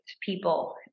people